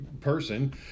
person